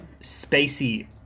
spacey